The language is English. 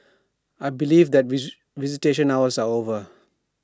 I believe that visitation hours are over